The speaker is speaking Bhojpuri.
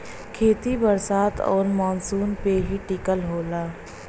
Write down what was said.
खेती बरसात आउर मानसून पे ही टिकल होला